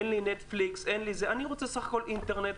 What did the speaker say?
הוא רוצה בסך הכול אינטרנט,